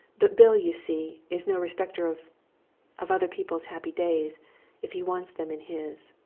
but bill, you see, is no respecter of of other people's happy days if he wants them in his.